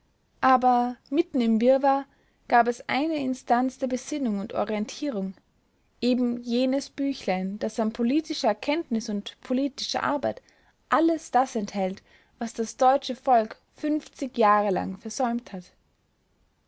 aber mitten im wirrwarr gab es eine instanz der besinnung und orientierung eben jenes büchlein das an politischer erkenntnis und politischer arbeit alles das enthält was das deutsche volk fünfzig jahre lang versäumt hat